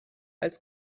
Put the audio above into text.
als